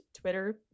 twitter